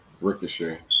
Ricochet